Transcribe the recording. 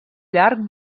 llarg